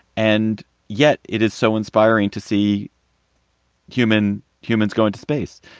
and yet it is so inspiring to see human humans go into space.